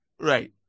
Right